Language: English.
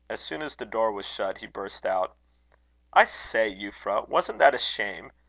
as soon as the door was shut, he burst out i say, euphra! wasn't that a shame?